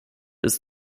ist